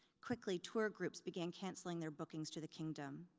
quickly, tour groups began cancelling their bookings to the kingdom.